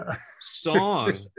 song